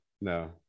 No